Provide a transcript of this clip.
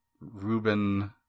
Ruben